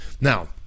Now